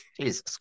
Jesus